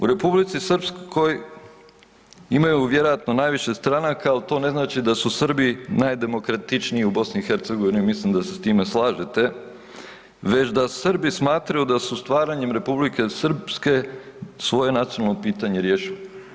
U Republici Srpskoj imaju vjerojatno najviše stranaka ali to ne znači da su Srbi najdemokratičniji u BiH, mislim da se s time slažete, već da Srbi smatraju da su stvaranjem Republike Srpske, svoje nacionalno pitanje riješili.